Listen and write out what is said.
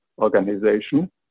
organization